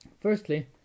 Firstly